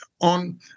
on